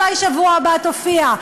אולי בשבוע הבא תופיע.